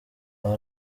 aba